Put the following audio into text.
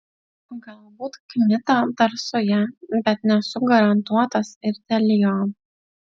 galbūt kmita dar su ja bet nesu garantuotas ir dėl jo